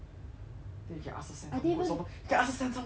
then you can ask her send some goods over can ask her to send some goods over